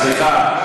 סליחה.